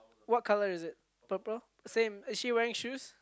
what colour is it purple same is she wearing shoes